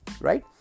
right